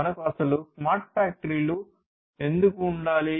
మనకు అస్సలు స్మార్ట్ ఫ్యాక్టరీలు ఎందుకు ఉండాలి